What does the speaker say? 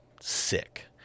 sick